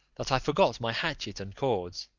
that i forgot my hatchet and cords.